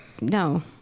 No